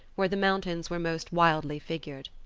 where the mountains were most wildly figured.